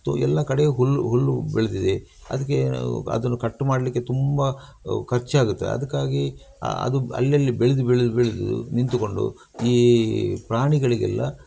ಈಗ ಎಲ್ಲ ಕಡೆ ಹುಲ್ಲು ಹುಲ್ಲು ಬೆಳೆದಿದೆ ಅದಕ್ಕೆ ಅದನ್ನು ಕಟ್ಟು ಮಾಡಲಿಕ್ಕೆ ತುಂಬ ಖರ್ಚಾಗುತ್ತೆ ಅದಕ್ಕಾಗಿ ಅದು ಅಲ್ಲಲ್ಲಿ ಬೆಳೆದು ಬೆಳೆದು ಬೆಳೆದು ನಿಂತುಕೊಂಡು ಈ ಪ್ರಾಣಿಗಳಿಗೆಲ್ಲ